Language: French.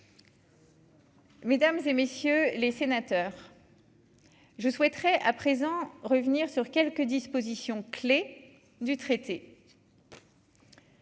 Mesdames et messieurs les sénateurs, je souhaiterais à présent revenir sur quelques dispositions clés du traité.